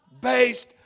Based